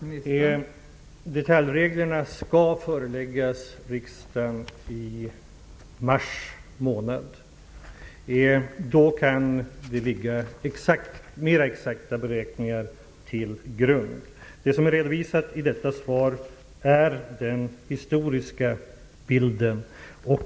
Fru talman! Förslag om detaljregler skall föreläggas riksdagen i mars. Då kan det finnas mera exakta beräkningar. I detta svar redovisas den historiska bilden.